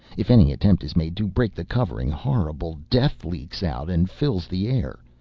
if any attempt is made to break the covering horrible death leaks out and fills the air.